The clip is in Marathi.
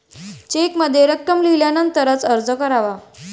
चेकमध्ये रक्कम लिहिल्यानंतरच अर्ज करावा